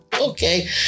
Okay